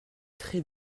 très